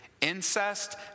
incest